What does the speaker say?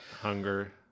hunger